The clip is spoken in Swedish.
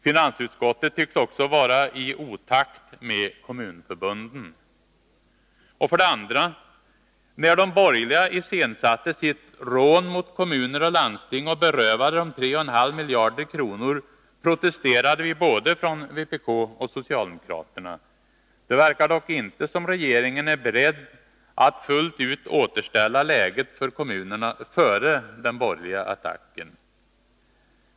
Finansutskottet tycks också vara i otakt med kommunförbunden. 2. När de borgerliga iscensatte sitt rån mot kommuner och landsting och berövade dem 3,5 miljarder kronor protesterade vi från både vpk och socialdemokraterna. Det verkar dock inte som om regeringen är beredd att fullt ut återställa läget för kommunerna före den borgerliga attacken.